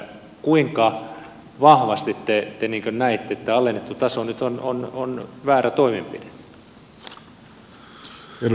kuinka vahvasti te näette että alennettu taso nyt on väärä toimenpide